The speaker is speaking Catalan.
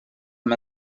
amb